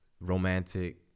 romantic